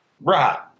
Right